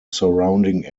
surrounding